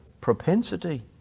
propensity